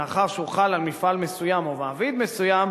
מאחר שהוא חל על מפעל מסוים או מעביד מסוים,